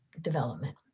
development